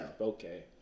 Okay